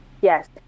yes